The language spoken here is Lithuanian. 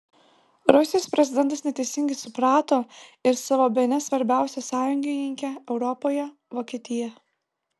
rusijos prezidentas neteisingai suprato ir savo bene svarbiausią sąjungininkę europoje vokietiją